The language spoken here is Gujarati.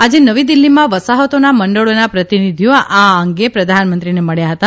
આજે નવી દિલ્ફીમાં વસાહતોના મંડળોના પ્રતિનિધિઓ આ અંગે પ્રધાનમંત્રીને મળ્યા હતા